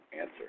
answer